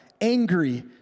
angry